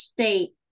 State